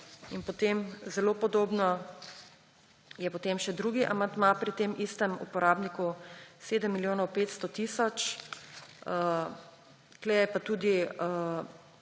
Potem, zelo podobno, je še drugi amandma pri tem istem uporabniku 7 milijonov 500 tisoč. Tukaj